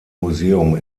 museum